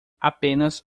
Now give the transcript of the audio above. apenas